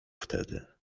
wtedy